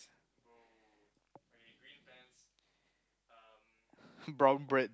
brown bread